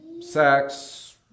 Sex